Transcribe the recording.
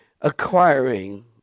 acquiring